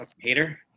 Hater